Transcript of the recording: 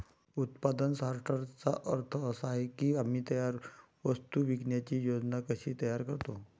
उत्पादन सॉर्टर्सचा अर्थ असा आहे की आम्ही तयार वस्तू विकण्याची योजना कशी तयार करतो